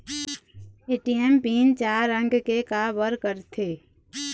ATM PIN चार अंक के का बर करथे?